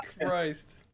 Christ